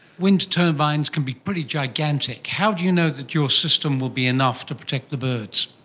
wind turbines can be pretty gigantic. how do you know that your system will be enough to protect the birds?